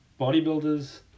bodybuilders